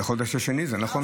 בחודש השני, נכון?